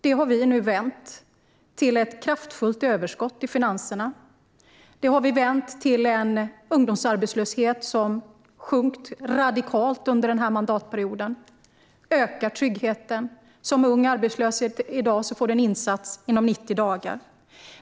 Det har vi nu vänt till ett kraftfullt överskott i finanserna, och ungdomsarbetslösheten har sjunkit radikalt under denna mandatperiod. Vi ökar tryggheten; unga arbetslösa får i dag en insats inom 90 dagar.